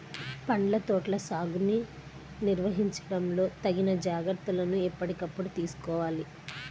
పండ్ల తోటల సాగుని నిర్వహించడంలో తగిన జాగ్రత్తలను ఎప్పటికప్పుడు తీసుకోవాలి